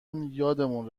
یادمون